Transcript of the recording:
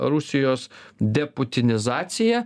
rusijos deputinizacija